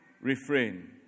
refrain